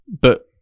But-